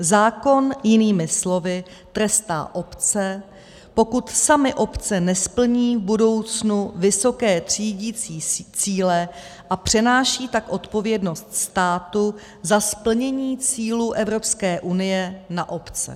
Zákon jinými slovy trestá obce, pokud samy obce nesplní v budoucnu vysoké třídicí cíle, a přenáší tak odpovědnost státu za splnění cílů Evropské unie na obce.